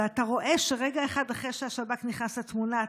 ואתה רואה שרגע אחד אחרי שהשב"כ נכנס לתמונה,